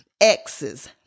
exes